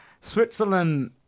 Switzerland